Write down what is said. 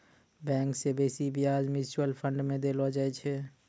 bank से बेसी ब्याज म्यूचुअल फंड मे देलो जाय छै